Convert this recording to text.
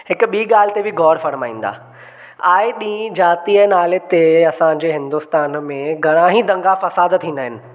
हिकु ॿीं ॻाल्हि ते बि ग़ौरु फरमाईंदा आए ॾींहुं ज़ातीअ जे नाले ते असां जे हिंदुस्तान में घणा ई दंगा फसादु थींदा आहिनि